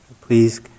please